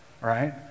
right